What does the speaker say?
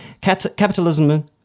capitalism